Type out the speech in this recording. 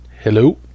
Hello